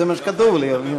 זה מה שכתוב לי.